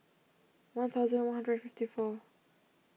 one thousand one hundred and fifty four